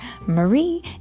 Marie